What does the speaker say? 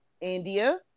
India